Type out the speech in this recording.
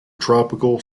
tropical